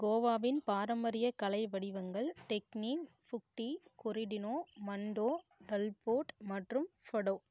கோவாவின் பாரம்பரிய கலை வடிவங்கள் டெக்னி ஃபுக்டி கொரிடினோ மண்டோ டல்போட் மற்றும் ஃபடோ